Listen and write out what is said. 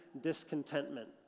discontentment